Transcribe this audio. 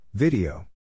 Video